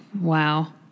wow